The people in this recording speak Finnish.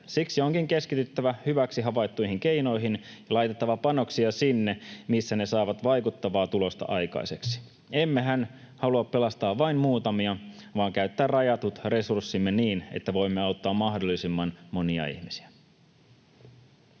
Siksi onkin keskityttävä hyväksi havaittuihin keinoihin ja laitettava panoksia sinne, missä ne saavat vaikuttavaa tulosta aikaiseksi. Emmehän halua pelastaa vain muutamia, vaan käyttää rajatut resurssimme niin, että voimme auttaa mahdollisimman monia ihmisiä.